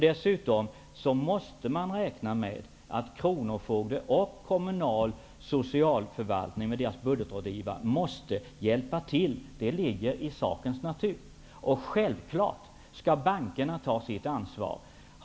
Dessutom måste man räkna med att kronofogdemyndigheten och den kommunala socialförvaltningen med dess budgetrådgivare skall hjälpa till. Det ligger i sakens natur. Självfallet skall bankerna ta sitt ansvar.